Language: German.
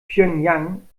pjöngjang